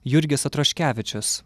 jurgis atraškevičius